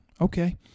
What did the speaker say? Okay